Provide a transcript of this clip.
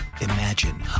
Imagine